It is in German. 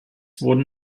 wurden